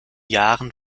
jahren